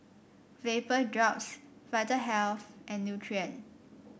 Vapodrops Vitahealth and Nutren